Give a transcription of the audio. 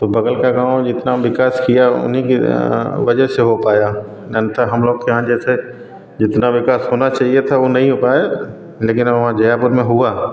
तो बगल का गाँव जितना विकास किया उन्हीं की वजह से हो पाया नहीं तो हम लोग के यहाँ जैसे जितना विकास होना चाहिए था वह नहीं हो पाया लेकिन वहाँ जयापुर में हुआ